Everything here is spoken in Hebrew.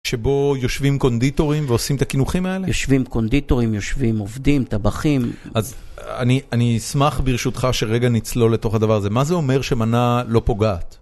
שבו יושבים קונדיטורים ועושים את הקינוחים האלה? יושבים קונדיטורים, יושבים עובדים, טבחים. אז אני אשמח ברשותך שרגע נצלול לתוך הדבר הזה. מה זה אומר שמנה לא פוגעת?